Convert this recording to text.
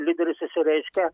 lyderis išsireiškia